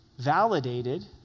validated